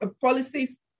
policies